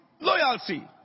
loyalty